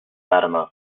fatima